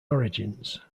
origins